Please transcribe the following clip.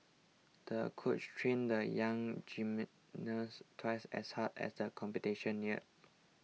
the coach trained the young gymnast twice as hard as the competition neared